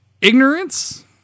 ignorance